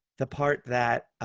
the part that